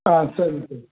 ஆ சரிங்க சார்